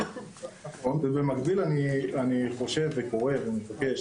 במקביל, אני חושב וקורא ומבקש